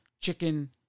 chicken